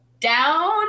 down